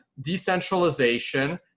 decentralization